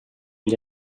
gli